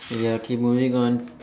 ya okay moving on